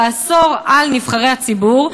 לאסור על נבחרי הציבור,